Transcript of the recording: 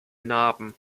narben